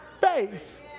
faith